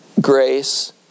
grace